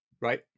Right